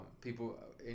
people